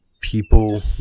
people